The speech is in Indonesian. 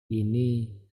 ini